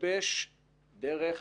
לגבש דרך